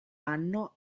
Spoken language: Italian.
anno